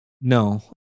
No